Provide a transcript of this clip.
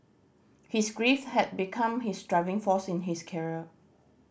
his grief had become his driving force in his career